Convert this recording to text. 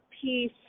peace